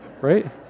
Right